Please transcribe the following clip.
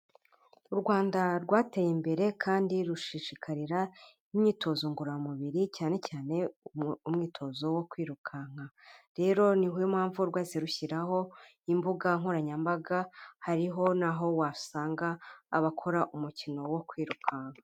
U Rwanda rwateye imbere kandi rushishikarira imyitozo ngororamubiri cyane cyane umwitozo wo kwirukanka, rero niwo mpamvu rwahise rushyiraho imbuga nkoranyambaga hariho n'aho wasanga abakora umukino wo kwirukanka.